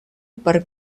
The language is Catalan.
per